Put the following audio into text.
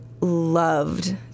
loved